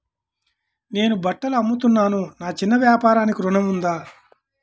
నేను బట్టలు అమ్ముతున్నాను, నా చిన్న వ్యాపారానికి ఋణం ఉందా?